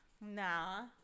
Nah